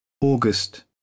august